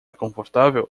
confortável